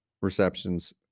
receptions